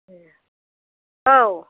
ए औ